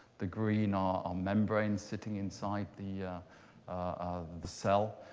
the green are um membranes sitting inside the um the cell.